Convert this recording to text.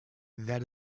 that